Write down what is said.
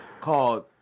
called